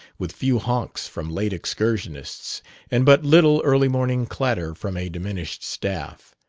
with few honks from late excursionists and but little early morning clatter from a diminished staff.